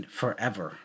forever